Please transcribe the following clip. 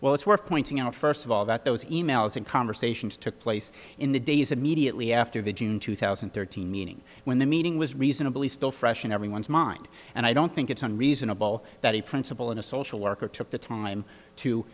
well it's worth pointing out first of all that those e mails and conversations took place in the days and media only after the june two thousand and thirteen meaning when the meeting was reasonably still fresh in everyone's mind and i don't think it's one reasonable that a principal in a social worker took the time to